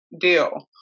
deal